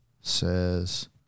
says